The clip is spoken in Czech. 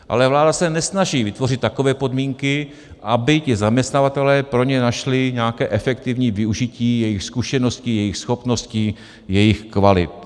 Ale vláda se nesnaží vytvořit takové podmínky, aby ti zaměstnavatelé pro ně našli nějaké efektivní využití jejich zkušeností, jejich schopností, jejich kvalit.